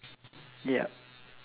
yup